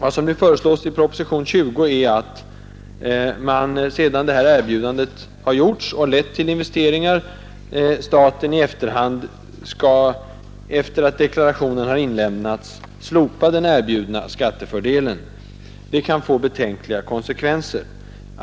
Vad som nu föreslås i propositionen 20 är att — sedan detta erbjudande gjorts och lett till investeringar — staten i efterhand, efter att deklarationen har inlämnats, skall slopa den erbjudna skattefördelen. Detta kan få betänkliga konsekvenser.